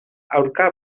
aurka